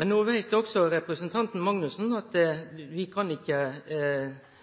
Men no veit òg representanten Magnusson at vi ikkje kan